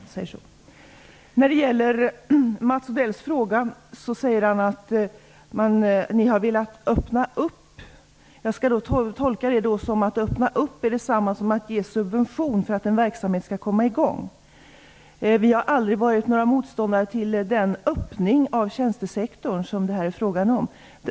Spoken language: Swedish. Mats Odell säger i sin fråga att Kristdemokraterna har velat "öppna upp". Jag skall då tolka det som att "öppna upp" är det samma som att ge subvention för att en verksamhet skall komma i gång. Vi har aldrig varit några motståndare till den öppning av tjänstesektorn som det här är frågan om.